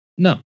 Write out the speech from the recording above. No